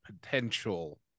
potential